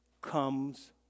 comes